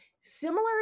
similar